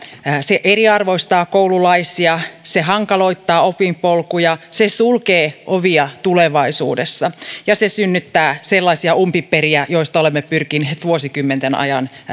se eriarvoistaa koululaisia se hankaloittaa opinpolkuja se sulkee ovia tulevaisuudessa ja se synnyttää sellaisia umpiperiä joista olemme pyrkineet vuosikymmenten ajan